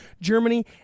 Germany